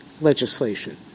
legislation